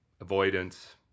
avoidance